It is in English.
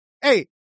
hey